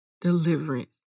deliverance